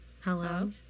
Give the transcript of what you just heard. hello